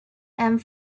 and